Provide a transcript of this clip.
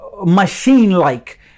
machine-like